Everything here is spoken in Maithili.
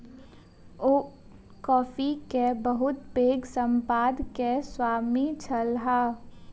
ओ कॉफ़ी के बहुत पैघ संपदा के स्वामी छलाह